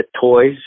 toys